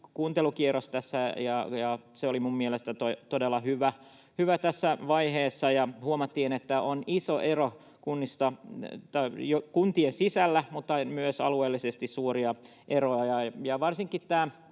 kuuntelukierros tässä, ja se oli minun mielestäni todella hyvä tässä vaiheessa, ja huomattiin, että on iso ero kuntien sisällä mutta myös alueellisesti suuria eroja.